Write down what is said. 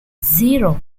zero